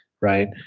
right